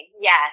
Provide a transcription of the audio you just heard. Yes